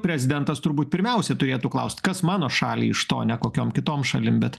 prezidentas turbūt pirmiausia turėtų klaust kas mano šaliai iš to ne kokiom kitom šalim bet